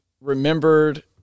remembered